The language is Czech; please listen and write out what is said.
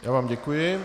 Já vám děkuji.